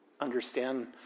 Understand